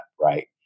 right